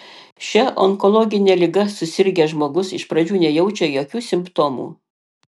šia onkologine liga susirgęs žmogus iš pradžių nejaučia jokių simptomų